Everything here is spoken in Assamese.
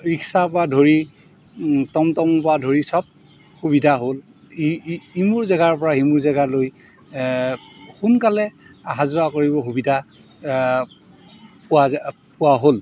ৰিক্সাৰপৰা ধৰি টমটমৰপৰা ধৰি চব সুবিধা হ'ল ইমুৰ জেগাৰপৰা সিমুৰ জেগালৈ সোনকালে অহা যোৱা কৰিব সুবিধা পোৱা যায় পোৱা হ'ল